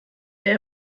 der